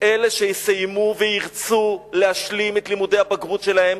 אלה שיסיימו וירצו להשלים את לימודי הבגרות שלהם